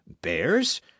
bears